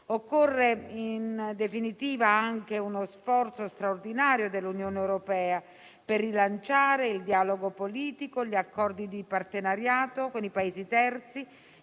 Occorre, in definitiva, anche uno sforzo straordinario dell'Unione europea per rilanciare il dialogo politico e gli accordi di partenariato con i Paesi terzi,